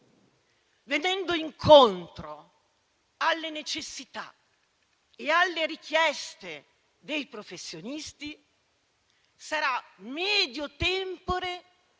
Venendo incontro alle necessità e alle richieste dei professionisti, sarà *medio tempore*